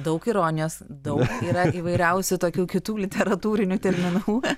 daug ironijos daug yra įvairiausių tokių kitų literatūrinių terminų